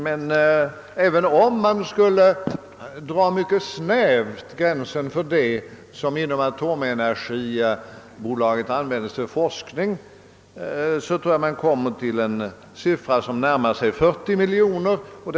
Men även om vi drar gränsen där mycket snävt för det som inom atomenergibolaget används till forskning tror jag ändå man kommer upp till en siffra som närmar sig 40 miljoner kronor.